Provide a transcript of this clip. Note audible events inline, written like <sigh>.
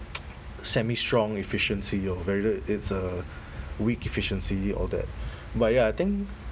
<noise> semi strong efficiency or whether it's a weak efficiency all that but ya I think